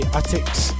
attics